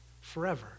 forever